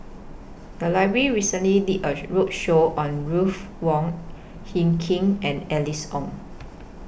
The Library recently did A roadshow on Ruth Wong Hie King and Alice Ong